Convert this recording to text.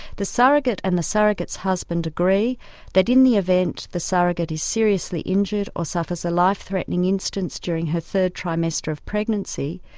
the surrogate and the surrogate's husband agree that in the event the surrogate is seriously injured or suffers a life-threatening instance during her third trimester of pregnancy,